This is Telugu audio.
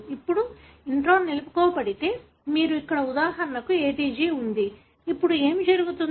ఇప్పుడు ఇంట్రాన్ నిలుపుకోబడితే మీకు ఇక్కడ ఉదాహరణకు ATG ఉంది ఇప్పుడు ఏమి జరుగుతుంది